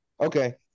okay